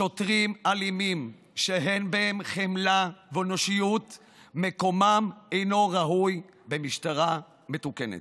שוטרים אלימים שאין בהם חמלה ואנושיות מקומם אינו במשטרה מתוקנת,